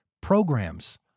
programs